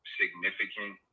significant